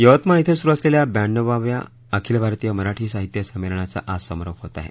यवतमाळ इथस्किरू असलेल्या ब्याण्णवाव्या अखिल भारतीय मराठी साहित्य सर्पेमिनाचा आज समारोप होत आहे